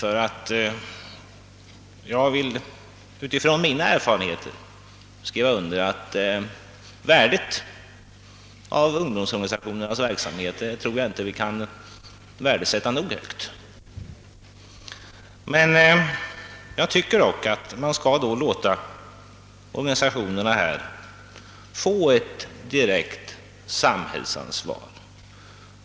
I varje fall säger mig mina erfarenheter att ungdomsorganisationernas arbete inte kan värdesättas för högt. Men då bör vi också låta organisationerna få ett direkt samhällsansvar.